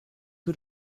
que